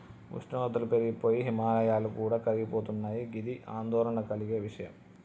ఉష్ణోగ్రతలు పెరిగి పోయి హిమాయాలు కూడా కరిగిపోతున్నయి గిది ఆందోళన కలిగే విషయం